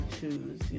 choose